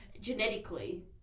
Genetically